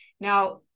Now